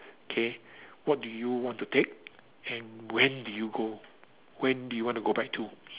okay what do want to take and when do you go when do you want to go back to